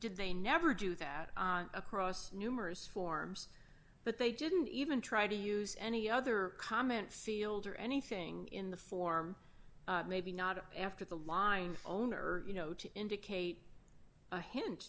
did they never do that across numerous forms but they didn't even try to use any other comment sealed or anything in the form maybe not after the lying owner you know to indicate a hint